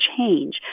change